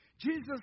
Jesus